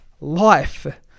life